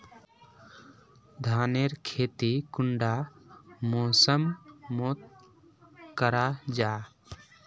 धानेर खेती कुंडा मौसम मोत करा जा?